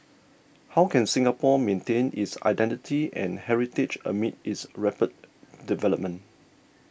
how can Singapore maintain its identity and heritage amid its rapid development